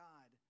God